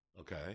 Okay